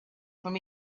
from